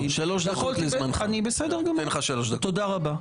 תודה רבה.